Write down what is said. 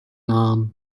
nám